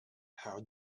how